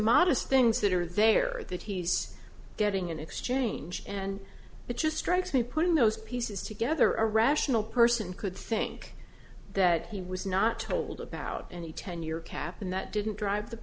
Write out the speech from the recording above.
modest things that are there that he's getting in exchange and it just strikes me putting those pieces together a rational person could think that he was not told about any ten year cap and that didn't drive the